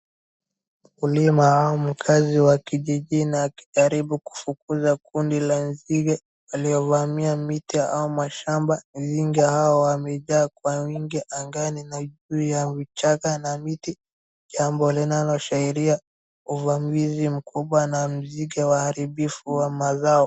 Mkulima au mkaazi wa kijiji na akijaribu kufukuza kundi la nzige waliovamia miti au mashamba, nzige hao wamejaa kwa wingi angani na miti ya vichaka na miti, jambo ya linayoashiria uvamizi mkubwa na nzige waharibifu wa mazao.